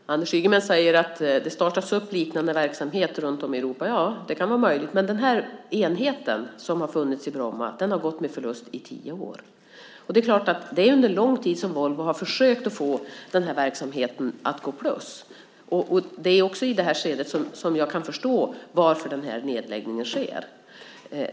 Herr talman! Anders Ygeman säger att det startas upp liknande verksamheter runtom i Europa. Ja, det är möjligt. Men den enhet som funnits i Bromma har gått med förlust i tio år. Det är klart att det en lång tid som Volvo har försökt att få den här verksamheten att gå med plus. I det här skedet kan jag förstå varför nedläggningen sker.